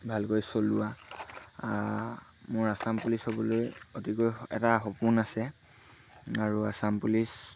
ভালকৈ চলোৱা মোৰ আচাম পুলিচ হ'বলৈ অতিকৈ এটা সপোন আছে আৰু আচাম পুলিচ